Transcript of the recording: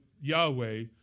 Yahweh